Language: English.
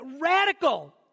radical